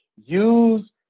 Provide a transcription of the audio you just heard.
Use